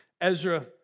Ezra